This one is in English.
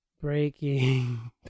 Breaking